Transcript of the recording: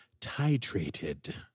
titrated